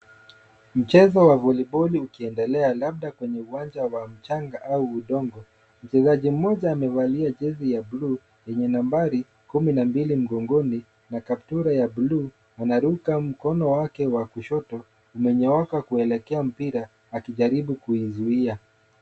Mchezo wa voliboli ukiendelea labda kwenye uwanja wa mchanga au udongo. Mchezaji mmoja amevalia jezi ya bluu yenye nambari kumi na mbili mgongoni na kaptula ya bluu, anaruka mkono wake wa kushoto umenyooka kuelekea mpira akijaribu kuizuia.